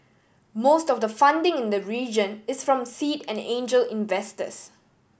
most of the funding in the region is from seed and angel investors